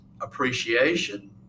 appreciation